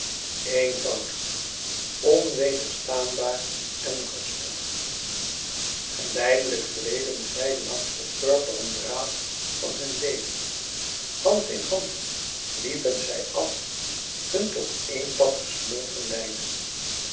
eenvoudig onwederstaanbaar en rustig geleidelijk gleden zij langs den purperen draad van hun leven hand in hand liepen zij af hun tot éen pad gesmolten lijnen